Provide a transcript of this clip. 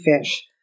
fish